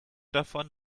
davon